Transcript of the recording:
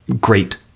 great